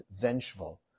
vengeful